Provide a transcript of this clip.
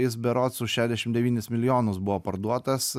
jis berods už šešdešim devynis milijonus buvo parduotas